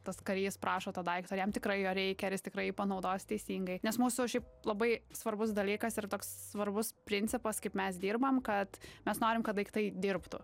tas karys prašo to daikto ar jam tikrai jo reikia ar jis tikrai panaudos teisingai nes mūsų šiaip labai svarbus dalykas ir toks svarbus principas kaip mes dirbam kad mes norim kad daiktai dirbtų